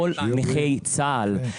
כל נכי צה"ל.